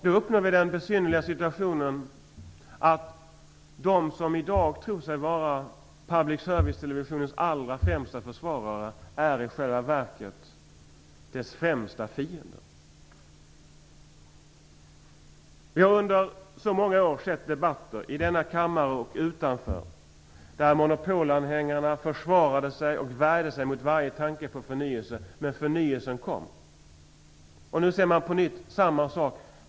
Då uppnår vi den besynnerliga situationen att de som i dag tror sig vara public service-televisionens allra främsta försvarare i själva verket är dess värsta fiende. Vi har under så många år hört debatter, i denna kammare och utanför, där monopolanhängarna försvarat sig och värjt sig mot varje tanke på förnyelse, men förnyelsen kom. Nu ser man på nytt samma sak.